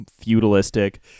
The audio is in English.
feudalistic